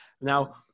Now